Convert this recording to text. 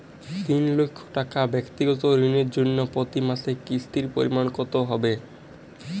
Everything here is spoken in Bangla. তিন লক্ষ টাকা ব্যাক্তিগত ঋণের জন্য প্রতি মাসে কিস্তির পরিমাণ কত হবে?